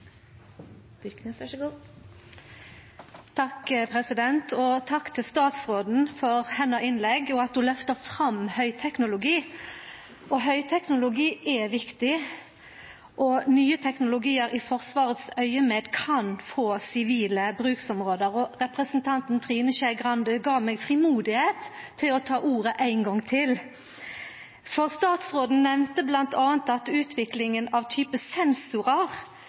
Takk til statsråden for hennar innlegg og for at ho løfta fram høgteknologi. Høgteknologi er viktig, og nye teknologiar i forsvarsaugaméd kan få sivile bruksområde. Representanten Trine Skei Grande gav meg frimod til å ta ordet ein gong til. Statsråden nemnde bl.a. at utviklinga av typen sensorar